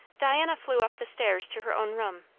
diana flew up the stairs to her own room.